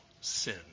sin